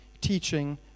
teaching